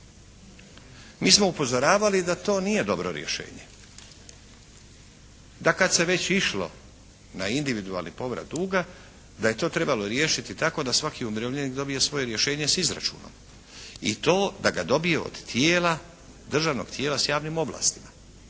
Mi smo upozoravali da to nije dobro rješenje. Da kad se već išlo na individualni povrat duga da je to trebalo riješiti tako da svaki umirovljenik dobije svoje rješenje s izračunom. I to da ga dobije od tijela, državnog tijela s javnim ovlastima.